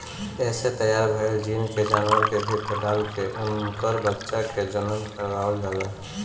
एसे तैयार भईल जीन के जानवर के भीतर डाल के उनकर बच्चा के जनम करवावल जाला